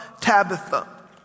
Tabitha